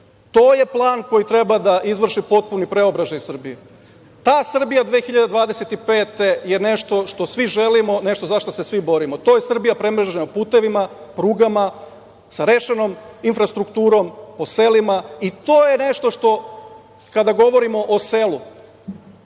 To je plan koji treba da izvrši potpuni preobražaj Srbije. Ta Srbija 2025. je nešto što svi želimo, nešto za šta se svi borimo. To je Srbija premrežena putevima, prugama, sa rešenom infrastrukturom, u selima. I to je nešto što kada govorimo o selu. Selo